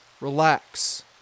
relax